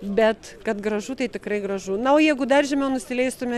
bet kad gražu tai tikrai gražu na o jeigu dar žemiau nusileistume